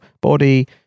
body